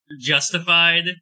justified